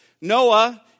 Noah